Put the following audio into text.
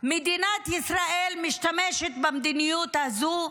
מדינת ישראל משתמשת במדיניות הזו.